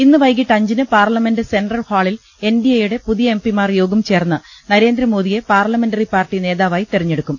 ഇന്ന് വൈകിട്ട് അഞ്ചിന് പാർലമെന്റ് സെൻട്രൽ ഹാളിൽ എൻഡിഎ യുടെ പുതിയ എംപിമാർ യോഗം ചേർന്ന് നരേന്ദ്രമോദിയെ പാർല മെന്ററി പാർട്ടി നേതാവായി തെരഞ്ഞെടുക്കും